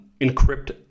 encrypt